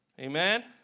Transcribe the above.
Amen